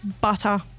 Butter